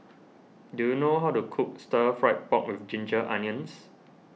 do you know how to cook Stir Fried Pork with Ginger Onions